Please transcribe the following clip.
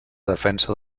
defensa